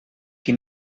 qui